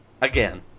Again